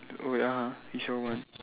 wait ah he sure want